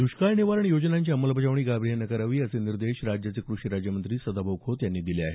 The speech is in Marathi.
दष्काळ निवारण योजनांची अंमलबजावणी गांभिर्यानं करावी असे निर्देश राज्याचे कृषी राज्यमंत्री सदाभाऊ खोत यांनी दिले आहेत